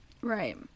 right